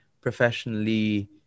professionally